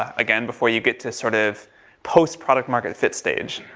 ah again before you get to sort of post-product market fit stage.